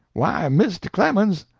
why, mr. clemens,